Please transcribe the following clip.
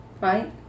Right